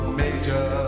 major